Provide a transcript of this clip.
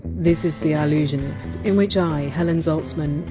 this is the ah allusionist, in which i, helen zaltzman,